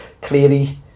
clearly